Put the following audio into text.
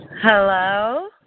hello